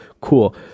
cool